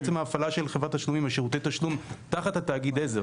בעצם הפעלה של חברת התשלומים ושירותי תשלום תחת תאגיד העזר.